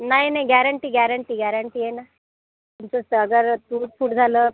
नाही नाही guarantee guarantee guarantee आहे ना तुमचं साधारण तुटफुट झालं